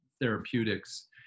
therapeutics